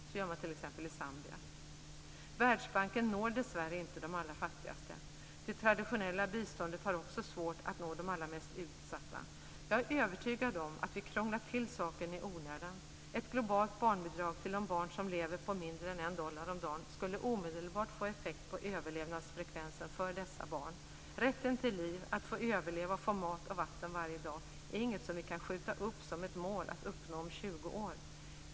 Så gör man t.ex. i Världsbanken når dessvärre inte de allra fattigaste. Det traditionella biståndet har också svårt att nå de allra mest utsatta. Jag är övertygad om att vi krånglat till saken i onödan. Ett globalt barnbidrag till de barn som lever på mindre än en dollar om dagen skulle omedelbart få effekt på överlevnadsfrekvensen för dessa barn. Rätten till liv - att få överleva och få mat och vatten varje dag - är inget som vi kan skjuta upp som ett mål att uppnå om tjugo år.